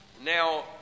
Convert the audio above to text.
Now